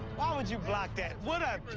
why would you block that? what a